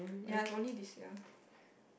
ya it's only this year